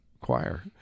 choir